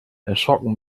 erschrocken